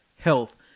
health